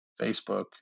Facebook